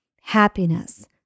happiness